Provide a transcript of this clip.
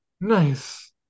Nice